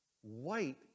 white